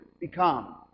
become